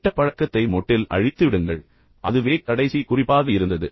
கெட்ட பழக்கத்தை மொட்டில் அழித்துவிடுங்கள் அதுவே கடைசி குறிப்பாக இருந்தது